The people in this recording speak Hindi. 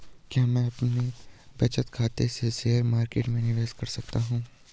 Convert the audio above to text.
क्या मैं अपने बचत खाते से शेयर मार्केट में निवेश कर सकता हूँ?